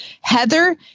Heather